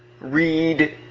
read